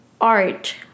art